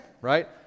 right